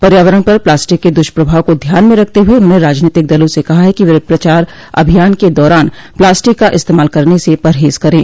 पर्यावरण पर प्लास्टिक के दुष्प्रभाव को ध्यान में रखते हुए उन्होंने राजनीतिक दला से कहा कि वे प्रचार अभियान के दौरान प्लास्टिक का इस्तेमाल करने से परहेज करें